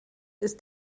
ist